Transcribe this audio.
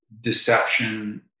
deception